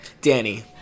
Danny